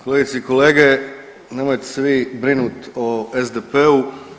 Kolegice i kolege, nemojte se vi brinut o SDP-u.